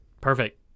Perfect